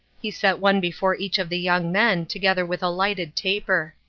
he set one before each of the young men, together with a lighted taper.